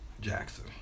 Jackson